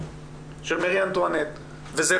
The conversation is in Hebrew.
של מארי אנטואנט.